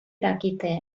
dakite